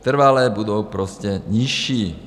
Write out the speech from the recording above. Trvale budou prostě nižší.